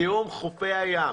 זיהום חופי הים,